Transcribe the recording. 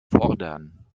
fordern